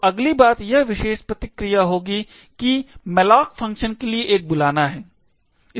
तो अगली बात यह विशेष प्रतिक्रिया होगी जो किmalloc फ़ंक्शन के लिए एक बुलाना है